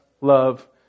love